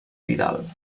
vidal